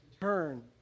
turn